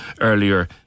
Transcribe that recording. earlier